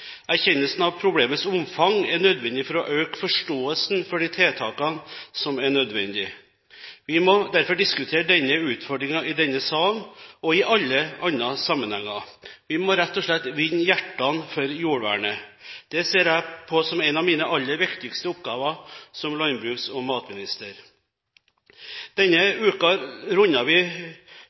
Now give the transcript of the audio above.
Erkjennelsen av problemets omfang er nødvendig for å øke forståelsen for de tiltakene som er nødvendig. Vi må derfor diskutere denne utfordringen i denne salen – og i alle andre sammenhenger. Vi må rett og slett vinne hjertene for jordvernet. Det ser jeg på som en av mine aller viktigste oppgaver som landbruks- og matminister. Denne uka rundet vi